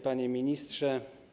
Panie Ministrze!